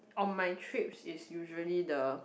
on my trips is usually the